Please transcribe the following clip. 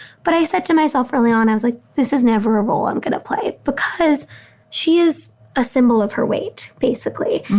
but i said to myself early on, i was like, this is never a role i'm going to play because she is a symbol of her weight, basically.